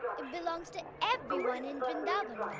it belongs to everyone in vrindavan now.